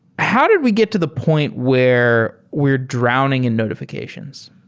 how did we get to the point where we are drowning in notifi cations?